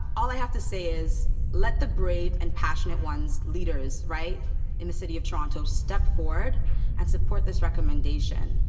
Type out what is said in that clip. all i have to say is let the brave and passionate ones, leaders, right in the city of toronto step forward and support this recommendation.